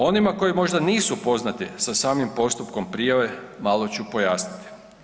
Onima koji možda nisu poznati sa samim postupkom prijave, malo ću pojasniti.